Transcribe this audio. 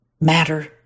matter